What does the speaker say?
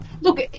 Look